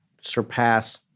surpass